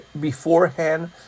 beforehand